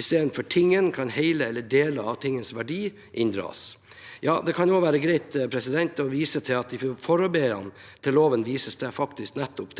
I stedet for tingen kan hele eller deler av tingens verdi inndras. Det kan også være greit å vise til at det i forarbeidene til loven vises til nettopp